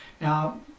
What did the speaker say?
now